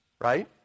right